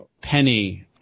Penny